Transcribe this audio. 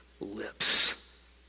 lips